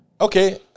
Okay